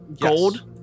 gold